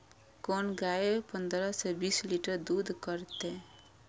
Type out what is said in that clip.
कोन गाय पंद्रह से बीस लीटर दूध करते?